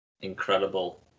incredible